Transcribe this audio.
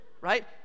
right